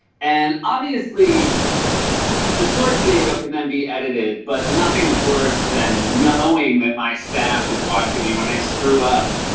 and obviously the source video can then be edited, but nothing's worse than knowing that my staff is watching me when i screw up,